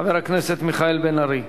חבר הכנסת מיכאל בן-ארי.